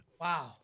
Wow